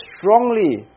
strongly